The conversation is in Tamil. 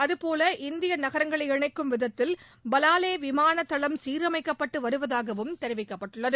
அதுபோல இந்திய நகரங்களை இணைக்கும் விதத்தில் பலாலி விமான தளம் சீரமைக்கப்பட்டு வருவதாகவும் தெரிவிக்கப்பட்டுள்ளது